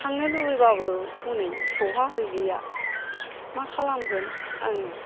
थांनो लुबैबाबो हनै सौहा हैलिया मा खालामगोन आङो